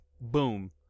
Boom